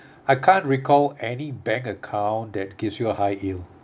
I can't recall any bank account that gives you a high yield